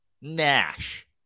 Nash